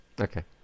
okay